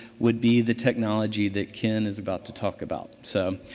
would be the technology that ken is about to talk about. so,